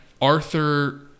Arthur